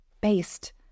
based